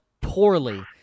poorly